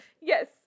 Yes